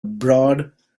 broad